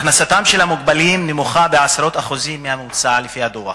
הכנסתם של המוגבלים נמוכה בעשרות אחוזים מהממוצע לפי הדוח.